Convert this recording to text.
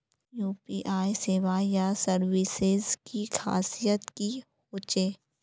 UPI सेवाएँ या services की खासियत की होचे?